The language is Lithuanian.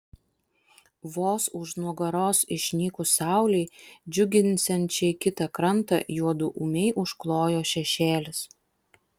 vos už nugaros išnykus saulei džiuginsiančiai kitą krantą juodu ūmiai užklojo šešėlis